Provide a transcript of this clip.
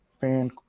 fan